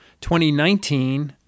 2019